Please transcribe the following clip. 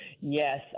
Yes